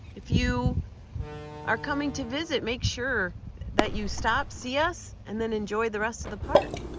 if you are coming to visit, make sure that you stop, see us and then enjoy the rest of the park.